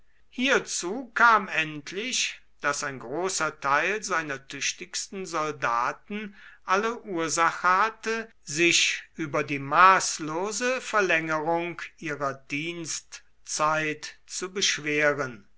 hierzu kam endlich daß ein großer teil seiner tüchtigsten soldaten alle ursache hatte sich über die maßlose verlängerung ihrer dienstzeit zu beschweren